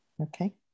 okay